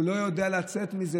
אם הוא לא יודע לצאת מזה,